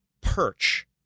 perch